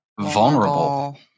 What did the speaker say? vulnerable